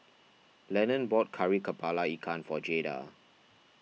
Lennon bought Kari Kepala Ikan for Jaeda